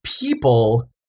people